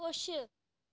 खुश